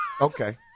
Okay